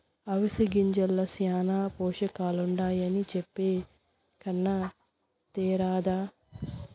అవిసె గింజల్ల శానా పోసకాలుండాయని చెప్పే కన్నా తేరాదా